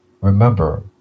remember